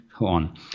on